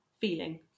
feeling